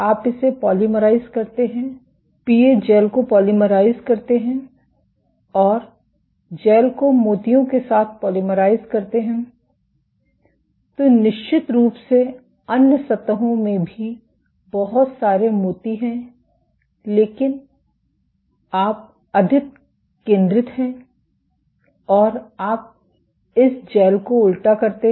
आप इसे पॉलीमराइज़ करते हैं पीए जैल को पॉलीमराइज़ करते हैं और जैल को मोतियों के साथ पॉलीमराइज़ करते हैं तो निश्चित रूप से अन्य सतहों में भी बहुत सारे मोती हैं लेकिन आप अधिक केंद्रित हैं और आप इस जैल को उल्टा करते हैं